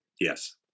yes